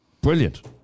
Brilliant